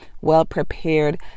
well-prepared